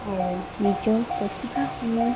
আৰু নিজৰ প্ৰতিভাসমূহ